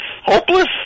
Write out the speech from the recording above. hopeless